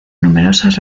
numerosas